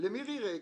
למירי רגב,